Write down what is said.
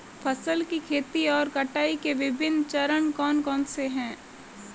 फसल की खेती और कटाई के विभिन्न चरण कौन कौनसे हैं?